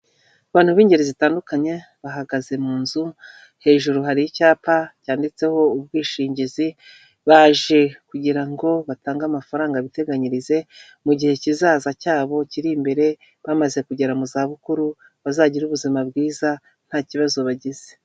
Abantu b'ingeri zitandukanye bahagaze mu nzu, hejuru hari icyapa cyanditseho ubwishingizi baje kugira ngo batange amafaranga biteganyirize mu gihe kizaza cyabo kiri imbere bamaze kugera mu za bukuru bazagire ubuzima bwiza nta kibazo bagize.